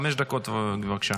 חמש דקות, בבקשה.